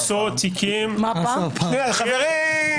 למצוא תיקים --- (קריאות) חברים.